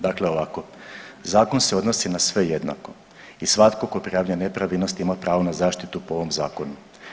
Dakle ovako, zakon se odnosi na sve jednako i svatko tko prijavljuje nepravilnosti ima pravo na zaštitu po ovom zakonu.